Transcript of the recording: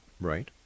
right